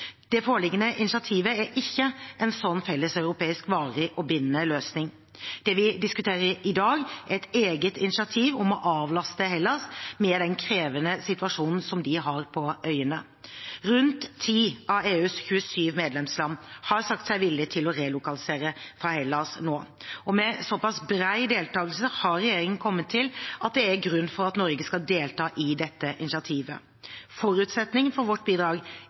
varig og bindende løsning. Det vi diskuterer i dag, er et eget initiativ om å avlaste Hellas med den krevende situasjonen som de har på øyene. Rundt 10 av EUs 27 medlemsland har sagt seg villig til å relokalisere fra Hellas nå, og med såpass bred deltagelse har regjeringen kommet til at det er grunn for at Norge skal delta i dette initiativet. Forutsetningen for vårt bidrag